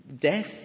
death